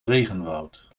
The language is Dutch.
regenwoud